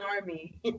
army